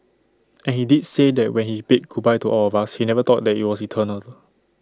and he did say that when he bid goodbye to all of us he never thought that IT was eternal